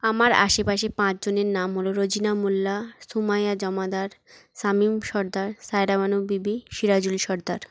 আমার আশেপাশে পাঁচজনের নাম হলো রোজিনা মুল্লা সোমায়া জামাদার সামিম সর্দার সায়রা বানু বিবি সিরাজুল সর্দার